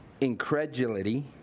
Incredulity